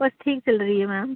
अच्छी चल रही है मैम